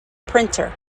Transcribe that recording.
printer